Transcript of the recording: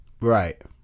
Right